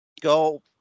go